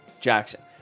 Jackson